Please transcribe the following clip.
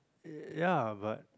ya but